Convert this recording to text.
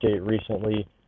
recently